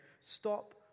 stop